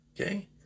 Okay